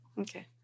Okay